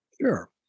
Sure